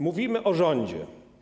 Mówimy o rządzie.